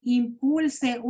impulse